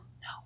No